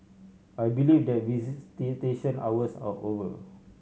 I believe that visitation hours are over